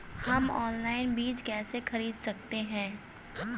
हम ऑनलाइन बीज कैसे खरीद सकते हैं?